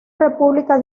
república